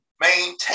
Maintain